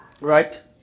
right